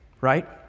right